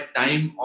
time